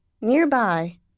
Nearby